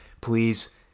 Please